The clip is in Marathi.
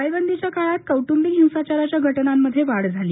ळेबंदीच्या काळात कौ िविक हिंसाचाराच्या घ िांमध्ये वाढ झाली